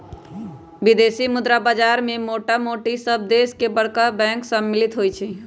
विदेशी मुद्रा बाजार में मोटामोटी सभ देश के बरका बैंक सम्मिल होइ छइ